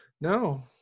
No